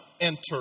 enter